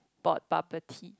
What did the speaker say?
bought bubble tea